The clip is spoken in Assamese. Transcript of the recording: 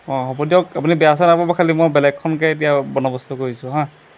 অঁ হ'ব দিয়ক আপুনি বেয়া চেয়া নাপাব খালি মই বেলেগ এখন গাড়ী এতিয়া বন্দবস্ত কৰিছোঁ হা